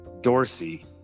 Dorsey